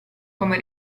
come